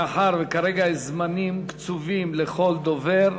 מאחר שכרגע יש זמנים קצובים לכל דובר,